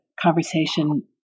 conversation